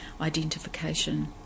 identification